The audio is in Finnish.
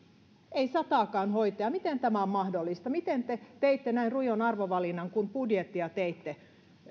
ei saa sataakaan hoitajaa miten tämä on mahdollista miten te teitte näin rujon arvovalinnan kun budjettia teitte